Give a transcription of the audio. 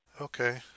Okay